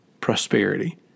prosperity